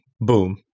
boom